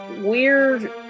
weird